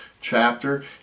chapter